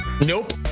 Nope